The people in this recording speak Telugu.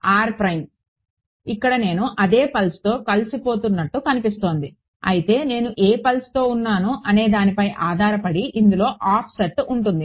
కాబట్టి ఇక్కడ నేను అదే పల్స్తో కలిసిపోతున్నట్లు కనిపిస్తోంది అయితే నేను ఏ పల్స్లో ఉన్నాను అనేదానిపై ఆధారపడి ఇందులో ఆఫ్సెట్ ఉంటుంది